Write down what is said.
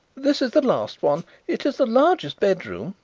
this is the last one. it is the largest bedroom,